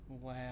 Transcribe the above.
Wow